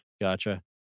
Gotcha